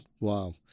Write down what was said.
Wow